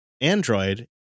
Android